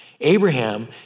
Abraham